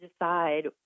decide